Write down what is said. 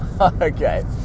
Okay